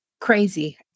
crazy